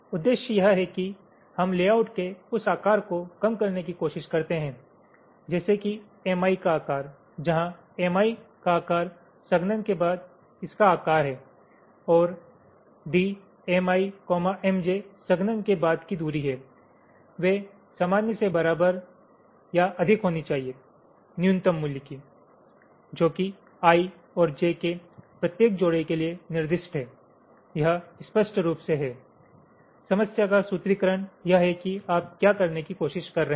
उद्देश्य यह हैं कि हम लेआउट के उस आकार को कम करने की कोशिश करते हैं जैसे कि Mi का आकार जहां Mi का आकार संघनन के बाद इस का आकार है और d Mi Mj संघनन के बाद की दूरी है वे समान्य से बराबर या अधिक होनी चाहिए न्यूनतम मूल्य की जो कि i और j के प्रत्येक जोड़े के लिए निर्दिष्ट है यह स्पष्ट रूप से है समस्या का सूत्रीकरण यह है कि आप क्या करने की कोशिश कर रहे हैं